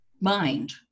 mind